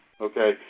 Okay